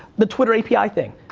the twitter api thing,